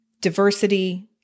diversity